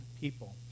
people